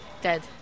dead